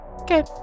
Okay